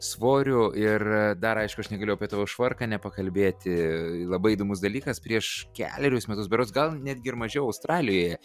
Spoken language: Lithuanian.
svoriu ir dar aišku aš negaliu apie tavo švarką nepakalbėti labai įdomus dalykas prieš kelerius metus berods gal netgi ir mažiau australijoje